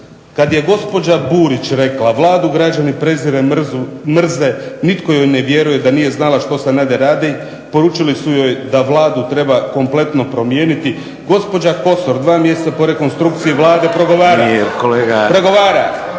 kad je gospođa Burić rekla Vladu građani preziru i mrze, nitko joj ne vjeruje da nije znala što Sanader radi, poručili su joj da Vladu treba kompletno promijeniti. Gospođa Kosor dva mjeseca po rekonstrukciji Vlade progovara…